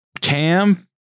Cam